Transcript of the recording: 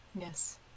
Yes